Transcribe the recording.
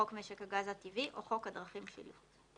חוק משק הגז הטבעי או חוק הדרכים (שילוט).